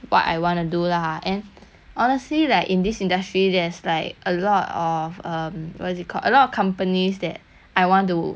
honestly like in this industry there's like a lot of um what do you call a lot of companies that I want to like have experience working there like